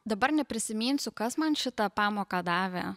dabar neprisiminsiu kas man šitą pamoką davė